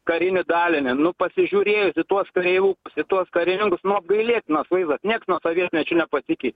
karinį dalinį nu pasižiūrėjus į tuos kareivukus į tuos karininkus nu apgailėtinas vaizdas nieks nuo sovietmečio nepasikeitė